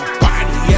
body